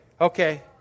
Okay